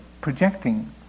projecting